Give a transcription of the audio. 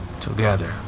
Together